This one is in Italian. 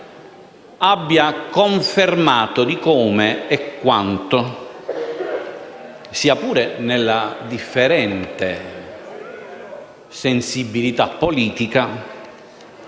abbia confermato come e quanto, sia pure nella differente sensibilità politica,